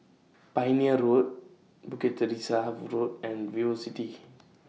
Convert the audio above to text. Pioneer Road Bukit Teresa Road and Vivocity